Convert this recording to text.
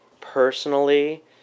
personally